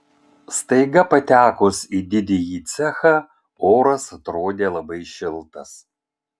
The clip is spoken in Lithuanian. staiga patekus į didįjį cechą oras atrodė labai šiltas